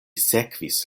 sekvis